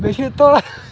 بیٚیہِ چھِ یہِ